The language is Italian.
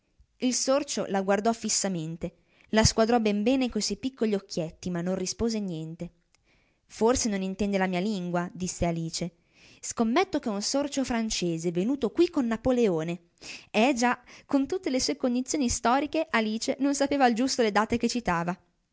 il sorcio la guardò fissamente la squadrò ben bene co suoi piccoli occhietti ma non rispose niente forse non intende la mia lingua disse alice scommetto ch'è un sorcio francese venuto quì con napoleone eh già con tutte le sue cognizioni storiche alice non sapea al giusto le date che citava